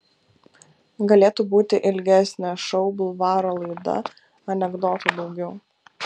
galėtų būti ilgesnė šou bulvaro laida anekdotų daugiau